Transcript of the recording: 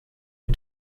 who